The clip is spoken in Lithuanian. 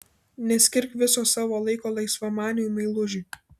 neskirk viso savo laiko laisvamaniui meilužiui